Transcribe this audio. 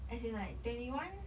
as in like twenty one